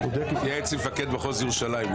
תתייעץ עם מפקד מחוז ירושלים.